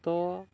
ତ